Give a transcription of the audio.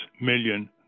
million